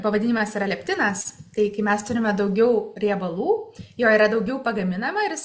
pavadinimas yra leptinas tai kai mes turime daugiau riebalų jo yra daugiau pagaminama ir jis